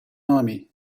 army